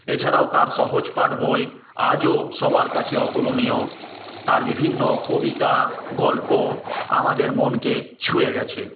এছাড়াও তার সহজপাঠ বই আজও সবার কাছে অতুলনীয় তার বিভিন্ন কবিতা গল্প আমাদের মনকে ছুঁয়ে গেছে